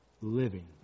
living